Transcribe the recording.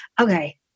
okay